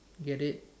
get it